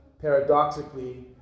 paradoxically